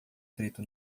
preto